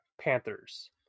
Panthers